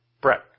Brett